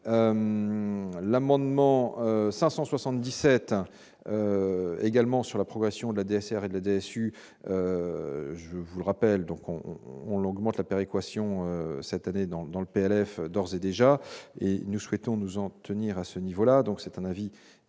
l'amendement 577 également sur la progression de la DCRI, je vous rappelle donc on on l'augmente la péréquation cette année dans le dans le PLF d'ores et déjà, et nous souhaitons nous en tenir à ce niveau-là, donc c'est un avis défavorable